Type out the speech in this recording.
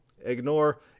ignore